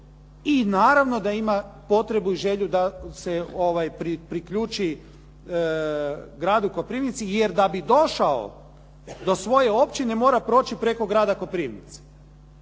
i naravno da ima potrebu i želju da se priključi gradu Koprivnici jer da bi došao do svoje općine mora proći preko grada Koprivnice,